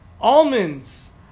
almonds